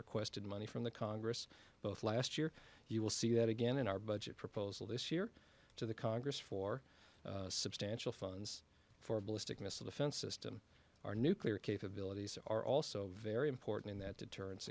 requested money from the congress both last year you will see that again in our budget proposal this year to the congress for substantial funds for a ballistic missile defense system our nuclear capabilities are also very important in that deterrence